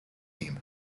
team